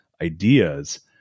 ideas